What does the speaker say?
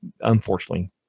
unfortunately